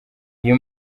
iyo